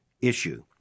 issue